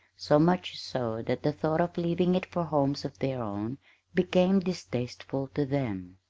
so much so that the thought of leaving it for homes of their own became distasteful to them,